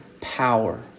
power